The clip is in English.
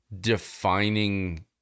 defining